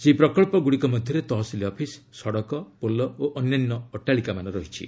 ସେହି ପ୍ରକଳ୍ପଗୁଡ଼ିକ ମଧ୍ୟରେ ତହସିଲ ଅଫିସ ସଡ଼କ ପୋଲ ଓ ଅନ୍ୟାନ୍ୟ ଅଟ୍ଟାଳିକାମାନ ରହିଛି